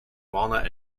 walnut